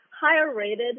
Higher-rated